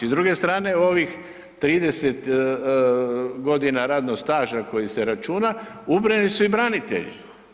S druge strane ovih 30 godina radnog staža koji se računa ubrajani su i branitelji.